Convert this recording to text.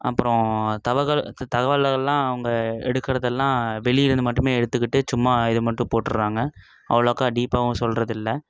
அப்புறம் தவகல் தகவல்கள்லாம் அவங்க எடுக்கிறதெல்லாம் வெளியே இருந்து மட்டுமே எடுத்துக்கிட்டு சும்மா இதை மட்டும் போட்டுறாங்க அவ்வளோக்கா டீப்பாகவும் சொல்கிறதில்ல